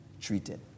Treated